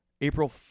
april